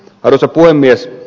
arvoisa puhemies